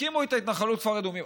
הקימו את ההתנחלות כפר אדומים.